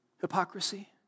hypocrisy